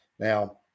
Now